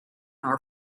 are